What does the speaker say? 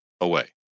away